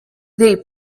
they